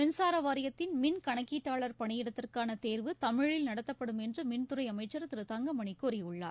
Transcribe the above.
மின்சார வாரியத்தின் மின்கணக்கீட்டாளர் பணியிடத்திற்கான தேர்வு தமிழில் நடத்தப்படும் என்று மின்துறை அமைச்சர் திரு தங்கமணி கூறியுள்ளார்